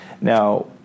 Now